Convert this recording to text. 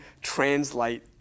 translate